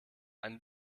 einen